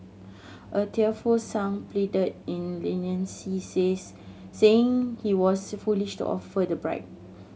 a tearful Sang pleaded in leniency says saying he was foolish to offer the bribe